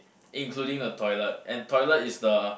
including the toilet and toilet is the